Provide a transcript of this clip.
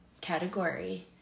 category